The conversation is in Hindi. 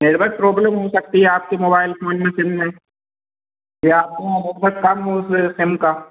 नेटवर्क प्रॉब्लम हो सकती है आपके मोबाइल फ़ोन मशीन में या आपका नेटवर्क कम हो उस सिम का